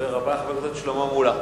הדובר הבא, חבר הכנסת שלמה מולה.